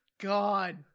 God